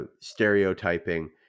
stereotyping